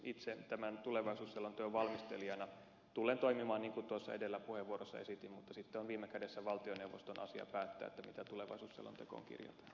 itse tämän tulevaisuusselonteon valmistelijana tulen toimimaan niin kuin edellä puheenvuorossa esitin mutta sitten on viime kädessä valtioneuvoston asia päättää mitä tulevaisuusselontekoon kirjataan